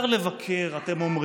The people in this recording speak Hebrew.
מותר לבקר, אתם אומרים.